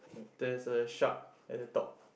there's a shark at the top